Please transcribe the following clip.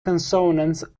consonants